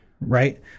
right